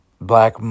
Black